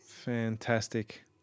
Fantastic